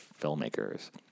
filmmakers